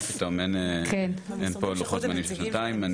מה פתאום אין פה לוחות זמנים של שנתיים.